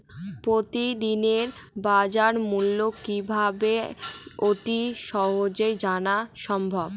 প্রতিদিনের বাজারমূল্য কিভাবে অতি সহজেই জানা সম্ভব?